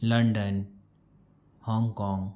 London Hong Kong